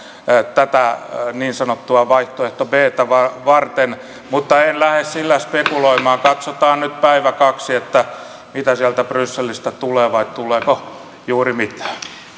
tätä niin sanottua vaihtoehto btä varten mutta en lähde sillä spekuloimaan katsotaan nyt päivä kaksi että mitä sieltä brysselistä tulee vai tuleeko juuri mitään